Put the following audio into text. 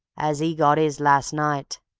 as e got is last night.